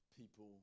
people